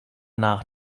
nach